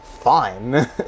fine